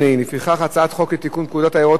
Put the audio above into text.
חוק לתיקון פקודת היערות (מס' 5),